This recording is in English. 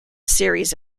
series